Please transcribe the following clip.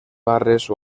barres